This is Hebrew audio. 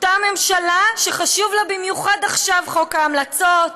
אותה ממשלה שחשובים לה במיוחד עכשיו חוק ההמלצות,